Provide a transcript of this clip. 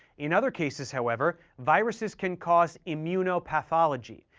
in other cases, however, viruses can cause immunopathology,